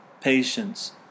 patience